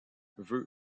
veut